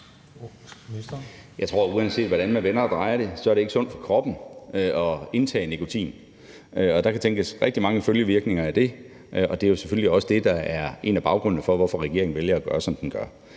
Jeg tror, at uanset hvordan man vender og drejer det, er det ikke sundt for kroppen at indtage nikotin, og der kan tænkes rigtig mange følgevirkninger af det. Og det er jo selvfølgelig også det, der er baggrunden for, hvorfor regeringen vælger at gøre, som den gør.